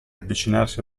avvicinarsi